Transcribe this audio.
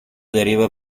deriva